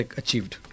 achieved